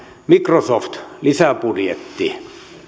microsoft lisäbudjetti